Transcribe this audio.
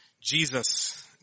Jesus